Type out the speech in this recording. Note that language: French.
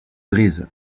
grise